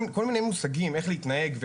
מיני מושגים איך להתנהג,